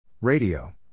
Radio